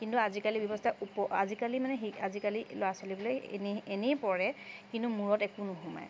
কিন্তু আজিকালি ব্যৱস্থাত ওপ আজিকালি মানে শিক্ষা ব্যৱস্থাত আজিকালি লৰা ছোৱালীবোৰে এনেই পঢ়ে কিন্তু মূৰত একো নোসোমায়